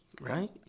right